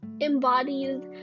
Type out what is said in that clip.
embodies